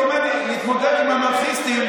להתמודד עם אנרכיסטים,